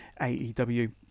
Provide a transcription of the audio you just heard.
aew